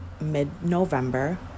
mid-November